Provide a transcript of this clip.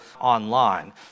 online